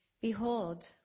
behold